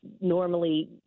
normally